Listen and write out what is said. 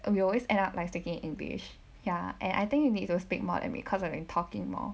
we always end up like speaking english ya and I think you need to speak more than me cause I've been talking more